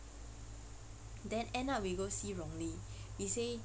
then end up we go see wrongly they say